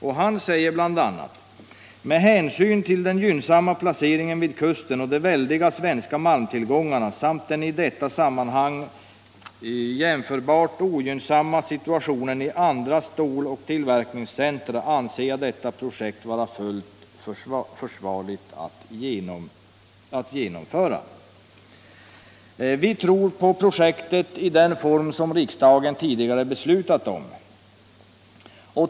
Mintrop säger bl.a.: ”Med hänsyn till den gynnsamma placeringen vid kusten och de väldiga svenska malmtillgångarna samt den i detta sammanhang jämförbart ogynnsamma situationen i andra ståltillverkningscentra, anser jag detta projekt vara fullt försvarligt att genomföra.” Vi tror på projektet i den form som riksdagen tidigare beslutat om.